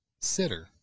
Sitter